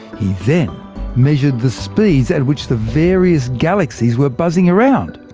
he then measured the speeds at which the various galaxies were buzzing around.